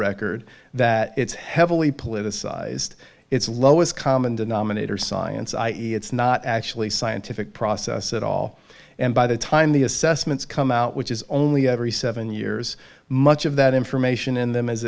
record that it's heavily politicized it's lowest common denominator science i e it's not actually scientific process at all and by the time the assessments come out which is only every seven years much of that information in them